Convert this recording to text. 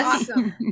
Awesome